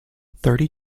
thirty